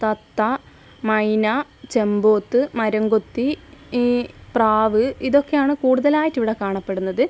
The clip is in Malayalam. തത്ത മൈന ചെമ്പോത്ത് മരംകൊത്തി പ്രാവ് ഇതൊക്കെയാണ് കൂടുതലായിട്ട് ഇവിടെ കാണപ്പെടുന്നത്